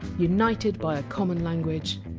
united by a common language,